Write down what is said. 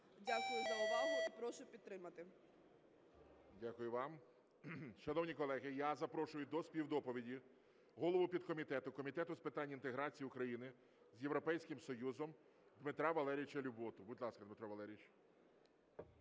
Дякую за увагу і прошу підтримати. ГОЛОВУЮЧИЙ. Дякую вам. Шановні колеги, я запрошую до співдоповіді голову підкомітету Комітету з питань інтеграції України з Європейським Союзом Дмитра Валерійовича Люботу. Будь ласка, Дмитро Валерійович.